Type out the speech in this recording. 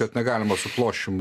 kad negalima su ploščium